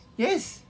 yes